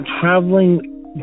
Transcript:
traveling